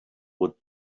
would